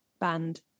band